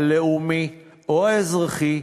הלאומי או האזרחי,